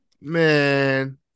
man